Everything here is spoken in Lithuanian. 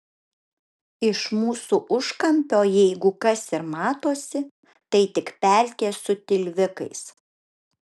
iš mūsų užkampio jeigu kas ir matosi tai tik pelkė su tilvikais